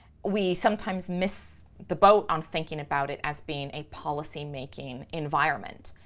we sometimes miss the boat on thinking about it as being a policymaking environment.